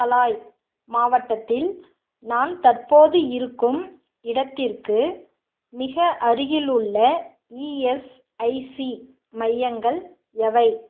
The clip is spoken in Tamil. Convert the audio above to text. தலாய் மாவட்டத்தில் நான் தற்போது இருக்கும் இடத்திற்கு மிக அருகிலுள்ள இஎஸ்ஐசி மையங்கள் எவை